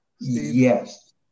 Yes